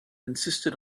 insisted